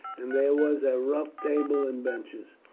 and there was a rough table and benches.